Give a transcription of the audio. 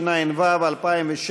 אין מתנגדים או נמנעים.